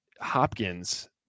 Hopkins